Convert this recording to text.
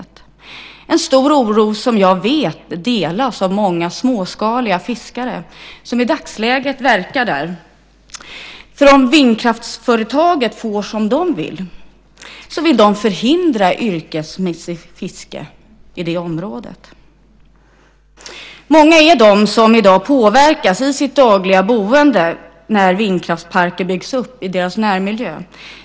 Det är en stor oro som jag vet delas av de många småskaliga fiskare som i dagsläget verkar där. Om vindkraftsföretaget får som det vill kommer man att förhindra yrkesmässigt fiske i det området. Det är många som i dag påverkas i sitt dagliga boende när det byggs vindkraftsparker i deras närmiljö.